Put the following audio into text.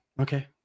Okay